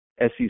SEC